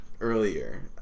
earlier